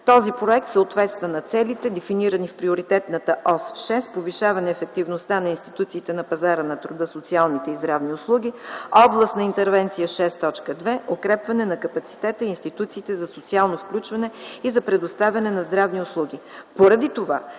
Този проект съответства на целите, дефинирани в Приоритетната ос 6 „Повишаване ефективността на институциите на пазара на труда, социалните и здравните услуги”, област на интервенция 6.2 „Укрепване на капацитета и институциите за социално включване и за предоставяне на здравни услуги”. Поради това